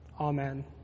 Amen